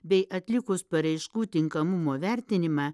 bei atlikus paraiškų tinkamumo vertinimą